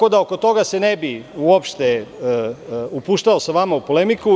Oko toga se ne bih uopšte upuštao sa vama u polemiku.